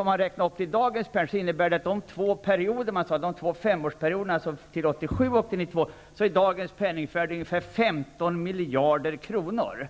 Omräknat till dagens penningvärde motsvarar beloppet för de två femårsperioderna 1982--87 och 1987--92 ungefär 15 miljarder kronor.